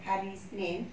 hari isnin